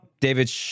David